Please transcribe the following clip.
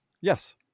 Yes